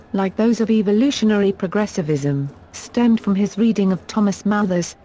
like those of evolutionary progressivism, stemmed from his reading of thomas malthus,